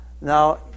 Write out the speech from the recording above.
Now